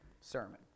sermon